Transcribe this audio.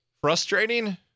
Frustrating